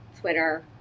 Twitter